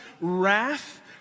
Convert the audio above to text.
wrath